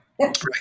Right